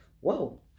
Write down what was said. whoa